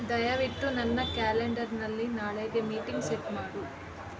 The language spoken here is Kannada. ದಯವಿಟ್ಟು ನನ್ನ ಕ್ಯಾಲೆಂಡರ್ನಲ್ಲಿ ನಾಳೆಗೆ ಮೀಟಿಂಗ್ ಸೆಟ್ ಮಾಡು